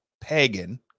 pagan